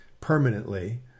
permanently